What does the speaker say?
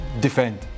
defend